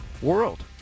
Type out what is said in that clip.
world